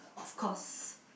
of course